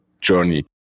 journey